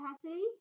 capacity